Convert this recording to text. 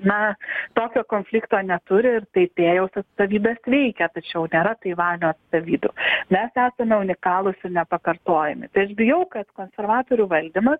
na tokio konflikto neturi ir taipėjaus atstovybės veikia tačiau nėra taivanio atstovybių mes esame unikalūs ir nepakartojami tai aš bijau kad konservatorių valdymas